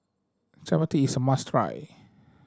chapati is a must try